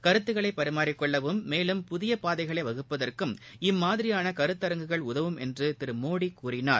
கருத்துக்களைபரிமாறிக்கொள்ளவும் மேலும்புதியபாதைகளைவகுப்பதற்குஇம்மாதிரியானகருத் தரங்குகள்உதவும்என்றுதிருமோடிகூறினார்